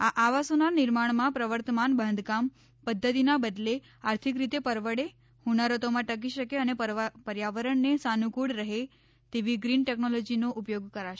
આ આવાસોના નિર્માણમાં પ્રવર્તમાન બાંધકામ પધ્ધતિના બદલે આર્થિક રીતે પરવડે હોનારતોમાં ટકી શકે અને પર્યાવરણને સાનુફ્રળ રહે તેવી ગ્રીન ટેકનોલોજીનો ઉપયોગ કરાશે